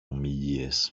ομιλίες